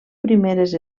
primeres